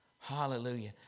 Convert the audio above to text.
Hallelujah